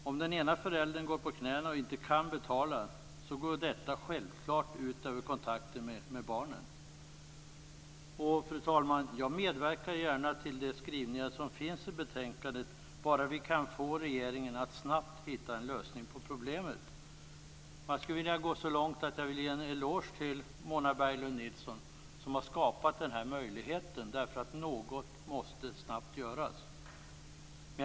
Om den ena föräldern går på knäna och inte kan betala går detta självfallet ut över kontakten med barnen. Fru talman! Jag medverkar gärna till de skrivningar som finns i betänkandet bara vi kan få regeringen att snabbt hitta en lösning på problemet. Jag skulle vilja gå så långt som att ge en eloge till Mona Berglund Nilsson som har skapat denna möjlighet, eftersom något snabbt måste göras.